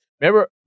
Remember